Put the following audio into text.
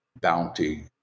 bounty